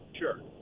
sure